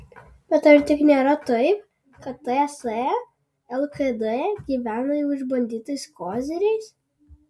bet ar tik nėra taip kad ts lkd gyvena jau išbandytais koziriais